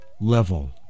level